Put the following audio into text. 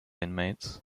inmates